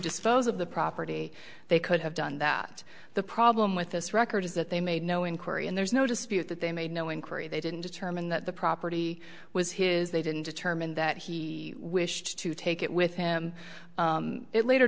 dispose of the property they could have done that the problem with this record is that they made no inquiry and there's no dispute that they made no inquiry they didn't determine that the property was his they didn't determine that he wished to take it with him it later